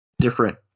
different